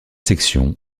sections